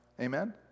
Amen